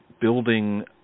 building